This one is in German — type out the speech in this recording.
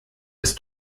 ist